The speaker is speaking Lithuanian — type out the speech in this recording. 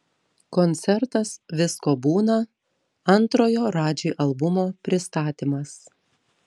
koncertas visko būna antrojo radži albumo pristatymas